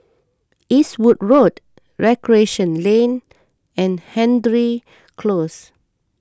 Eastwood Road Recreation Lane and Hendry Close